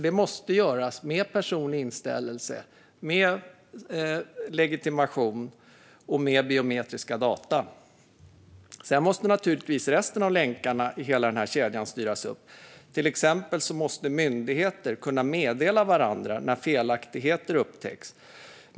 Det måste ske genom personlig inställelse, legitimation och biometriska data. Givetvis måste även resten av länkarna i kedjan styras upp. Till exempel måste myndigheter kunna meddela varandra när felaktigheter upptäcks.